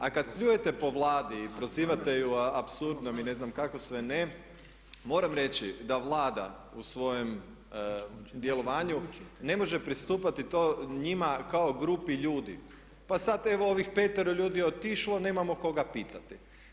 A kad pljujete po Vladi i prozivate ju apsurdnom i ne znam kako sve ne moram reći da Vlada u svojem djelovanju ne može pristupati to njima kao grupi ljudi, pa sad ovih petero ljudi je otišlo, nemamo koga pitati.